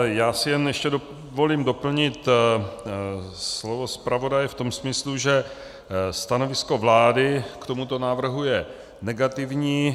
Já si jen ještě dovolím doplnit slovo zpravodaje v tom smyslu, že stanovisko vlády k tomuto návrhu je negativní.